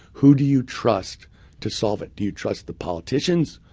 who do you trust to solve it? do you trust the politicians,